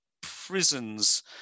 prisons